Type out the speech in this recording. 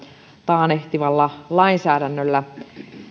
taannehtivalla lainsäädännöllä